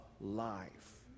life